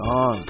on